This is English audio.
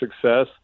success